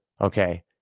Okay